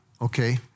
Okay